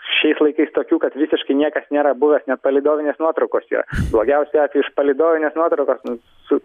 šiais laikais tokių kad visiškai niekas nėra buvęs net palydovinės nuotraukos yra blogiausiu atveju palydovinės nuotraukos su